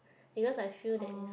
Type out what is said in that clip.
because I feel that is